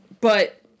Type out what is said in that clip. But-